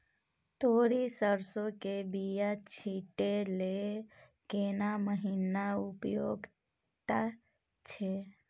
तोरी, सरसो के बीया छींटै लेल केना महीना उपयुक्त छै?